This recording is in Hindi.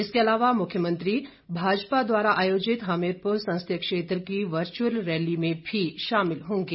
इसके अलावा मुख्यमंत्री भाजपा द्वारा आयोजित हमीरपुर संसदीय क्षेत्र की वर्चुअल रैली में भी शामिल होंगे